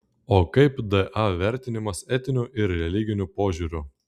o kaip da vertinimas etiniu ir religiniu požiūriu